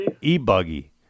E-Buggy